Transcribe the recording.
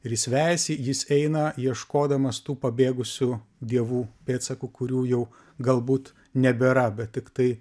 ir jis vejasi jis eina ieškodamas tų pabėgusių dievų pėdsakų kurių jau galbūt nebėra bet tiktai